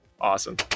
Awesome